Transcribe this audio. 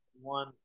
One